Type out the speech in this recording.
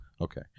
Okay